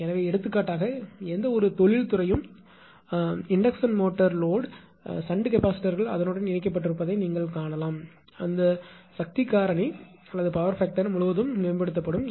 எனவே எடுத்துக்காட்டாக எந்தவொரு தொழிற்துறையும் தூண்டல் மோட்டார்இண்டக்சன் மோட்டார் சுமை ஷன்ட் கெபாசிட்டார்கள் அதனுடன் இணைக்கப்பட்டிருப்பதைக் காணலாம் அந்த சக்தி காரணிபவர் ஃபாக்டர் முழுவதும் மேம்படுத்தப்படலாம்